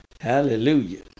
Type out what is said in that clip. Hallelujah